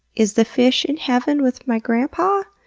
is the fish in heaven with my grandpa?